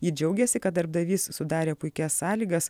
ji džiaugėsi kad darbdavys sudarė puikias sąlygas